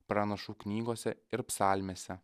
pranašų knygose ir psalmėse